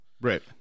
Right